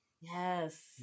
Yes